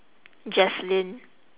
jacelyn